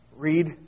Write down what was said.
Read